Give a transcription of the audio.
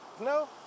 no